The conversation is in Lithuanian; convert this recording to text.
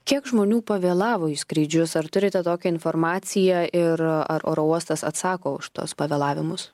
kiek žmonių pavėlavo į skrydžius ar turite tokią informaciją ir ar oro uostas atsako už tuos pavėlavimus